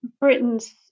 Britain's